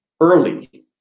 early